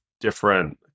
different